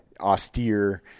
austere